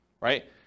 right